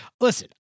listen